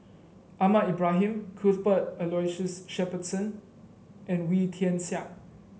Ahmad Ibrahim Cuthbert Aloysius Shepherdson and Wee Tian Siak